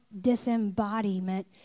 disembodiment